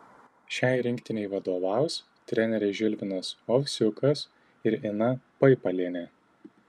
šiai rinktinei vadovaus treneriai žilvinas ovsiukas ir ina paipalienė